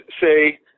say